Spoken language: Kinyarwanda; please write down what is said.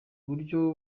buryo